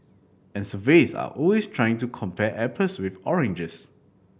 and surveys are always trying to compare apples with oranges